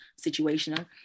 situational